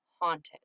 haunted